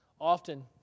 Often